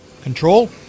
Control